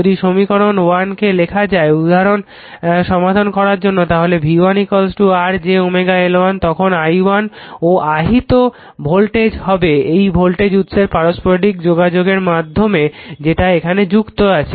যদি সমীকরণ 1 কে লেখা যায় উদাহরণ সমাধান করার জন্য তাহলে v1 r j L1 তখন i1 ও এই আহিত ভোল্টেজ হবে এই ভোল্টেজ উৎসের পারস্পরিক যোগাযোগের মাধ্যমে যেটা এখানে যুক্ত আছে